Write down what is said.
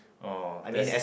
uh that's